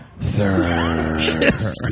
Third